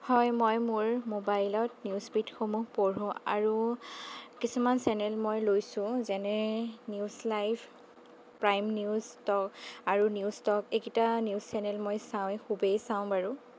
হয় মই মোৰ মোবাইলত নিউজ ফিডসমূহ পঢ়োঁ আৰু কিছুমান চেনেল মই লৈছোঁ যেনে News Live Prime News Talk আৰু নিউজ টক এইকেইটা নিউজ চেনেল মই চাওঁৱে খুবেই চাওঁ বাৰু